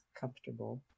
comfortable